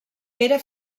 era